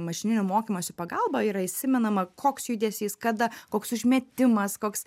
mašininio mokymosi pagalba yra įsimenama koks judesys kada koks užmetimas koks